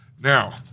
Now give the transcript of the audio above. Now